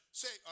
say